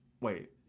wait